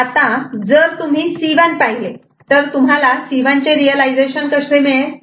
आता जर तुम्ही C1 पाहिले तर तुम्हाला C1 चे रियलायझेशन कसे मिळेल